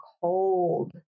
cold